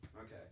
Okay